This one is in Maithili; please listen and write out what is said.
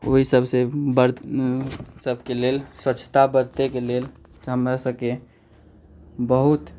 ओहि सबसे बड़ सबके लेल स्वच्छता बरतैके लेल हमरा सबके बहुत